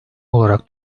olarak